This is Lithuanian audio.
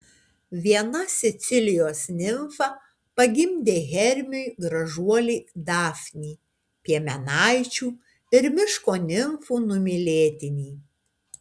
viena sicilijos nimfa pagimdė hermiui gražuolį dafnį piemenaičių ir miško nimfų numylėtinį